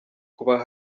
kubona